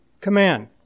command